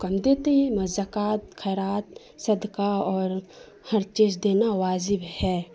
کم دیتے ہیں زکوٰۃ خیرات صدقہ اور ہر چیز دینا واجب ہے